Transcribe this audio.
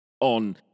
on